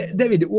david